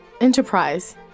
Enterprise